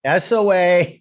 SOA